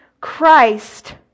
Christ